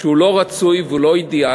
שהוא לא רצוי והוא לא אידיאלי.